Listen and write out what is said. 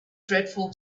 dreadful